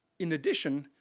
in addition,